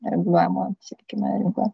reguliuojamo sakykime rinkoje